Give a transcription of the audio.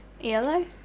Yellow